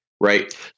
right